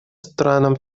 странам